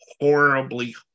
horribly